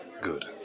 Good